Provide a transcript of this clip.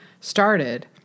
started